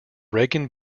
reagan